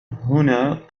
هنا